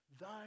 Thy